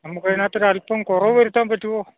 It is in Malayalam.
നമുക്ക് അതിനകത്ത് ഒരു അല്പം കുറവ് വരുത്താൻ പറ്റുമോ